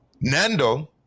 Nando